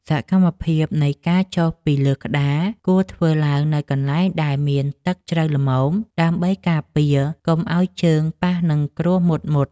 សកម្មភាពនៃការចុះពីលើក្តារ គួរធ្វើឡើងនៅកន្លែងដែលមានទឹកជ្រៅល្មម ដើម្បីការពារកុំឱ្យជើងប៉ះនឹងគ្រួសមុតៗ។